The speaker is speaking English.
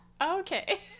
Okay